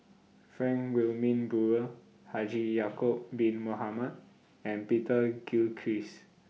Frank Wilmin Brewer Haji Ya'Acob Bin Mohamed and Peter Gilchrist